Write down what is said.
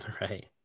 Right